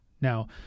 Now